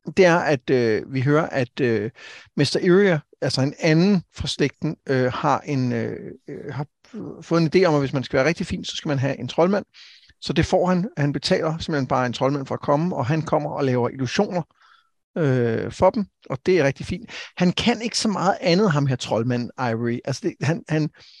Det er, at, øh, vi hører, at, øh, Mr. Erier, altså en anden fra slægten, øh, har en, øh, øh, har f- fået en idé om, at hvis man skal være rigtig fin, så skal man have en troldmand. Så det får han. Han betaler simpelthen bare en troldmand for at komme, og han kommer og laver illusioner, øh, for dem, og det er rigtig fint. Han kan ikke så meget andet, ham her troldmand, Ivory. Altså, det- han- han-